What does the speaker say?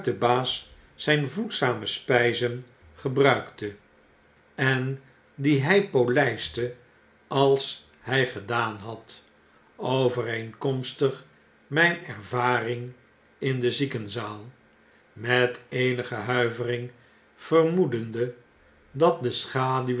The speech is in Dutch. zyn voedzame spyzen gebruikte en die hy polyste als hy gedaan had overeenkomstig myn ervaring in de ziekenzaal met eenige nuivering vermoedende dat de schaduwen